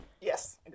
Yes